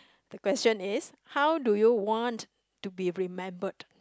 the question is how do you want to be remembered